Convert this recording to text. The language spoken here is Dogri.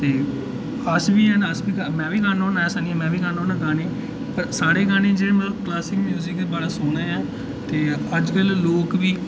ते अस बी हैन अस बी में बी गाना होना गाने पर साढ़े गाने जेह्ड़े मतलब क्लासिक म्यूज़िक बड़ा सोह्ना ऐ ते अज्जकल लोग बी